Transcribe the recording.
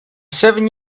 seven